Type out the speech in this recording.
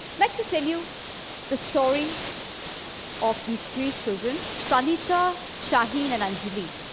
like to tell you the story of these three children, pranitha, shaheen and anjali.